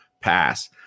pass